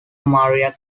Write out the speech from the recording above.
maria